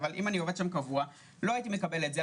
אבל אם אני עובד שם קבוע, לא הייתי מקבל את זה.